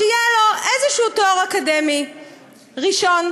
שיהיה לו איזשהו תואר אקדמי ראשון,